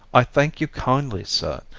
i thank you kindly, sir,